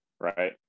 right